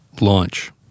Launch